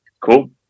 Cool